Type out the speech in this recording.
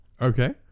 okay